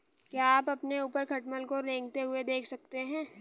क्या आप अपने ऊपर खटमल को रेंगते हुए देख सकते हैं?